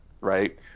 right